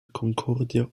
concordia